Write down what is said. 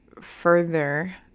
further